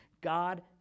God